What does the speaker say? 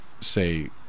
say